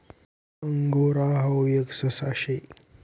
angora हाऊ एक ससा शे